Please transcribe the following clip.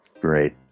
Great